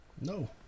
No